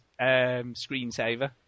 screensaver